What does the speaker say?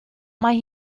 mae